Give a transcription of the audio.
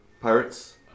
Pirates